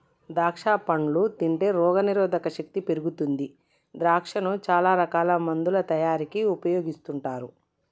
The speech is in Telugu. ద్రాక్షా పండ్లు తింటే రోగ నిరోధక శక్తి పెరుగుతుంది ద్రాక్షను చాల రకాల మందుల తయారీకి ఉపయోగిస్తుంటారు